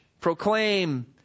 proclaim